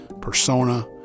persona